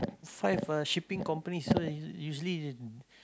five uh shipping companies so usually